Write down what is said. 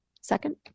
Second